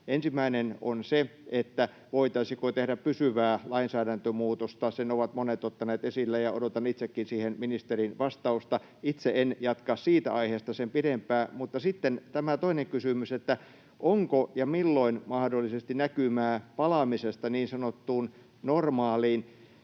Ensimmäinen on se, voitaisiinko tehdä pysyvää lainsäädäntömuutosta. Sen ovat monet ottaneet esille, ja odotan itsekin siihen ministerin vastausta. Itse en jatka siitä aiheesta sen pidempään. Mutta sitten tämä toinen kysymys: onko, ja milloin on, mahdollisesti näkymää palaamisesta niin sanottuun normaaliin?